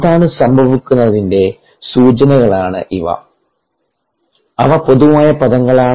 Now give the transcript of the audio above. എന്താണ് സംഭവിക്കുന്നതെന്നതിന്റെ സൂചനകളാണ് ഇവ അവ പൊതുവായ പദങ്ങളാണ്